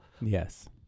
Yes